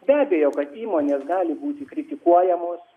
be abejo kad įmonės gali būti kritikuojamos